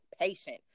patient